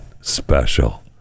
special